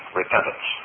repentance